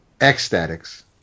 Ecstatics